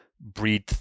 breathe